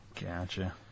Gotcha